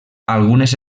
algunes